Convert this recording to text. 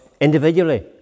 individually